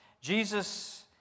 Jesus